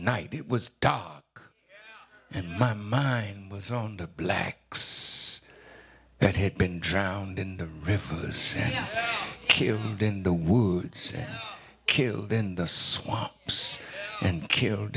night it was dark and my mind was on the black that had been drowned in the rivers killed in the woods and killed in the swamps and killed